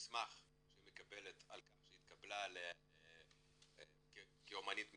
מסמך שהיא מקבלת על כך שהיא התקבלה כאמנית מצטיינת,